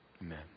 Amen